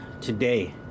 today